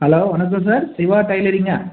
hello வணக்கம் sir Siva டைலரிங்கா